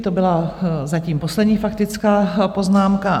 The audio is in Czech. To byla zatím poslední faktická poznámka.